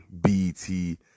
BT